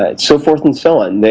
ah so forth and so on.